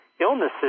illnesses